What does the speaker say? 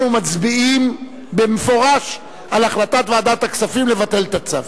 אנחנו מצביעים במפורש על החלטת ועדת הכספים לבטל את הצו.